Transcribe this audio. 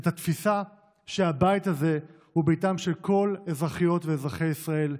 את התפיסה שהבית הזה הוא ביתם של כל אזרחיות ואזרחי ישראל,